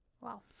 Wow